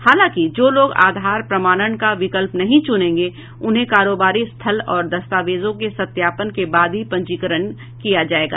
हालांकि जो लोग आधार प्रमाणन का विकल्प नहीं चुनेंगे उन्हें कारोबारी स्थल और दस्तावेजों के सत्यापन के बाद ही पंजीकरण जारी किया जाएगा